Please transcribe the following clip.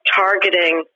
targeting